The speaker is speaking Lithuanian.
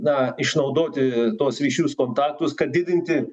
na išnaudoti tuos ryšius kontaktus kad didinti